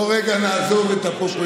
בואו רגע נעזוב את הפופוליזם,